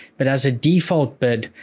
but as a default bid,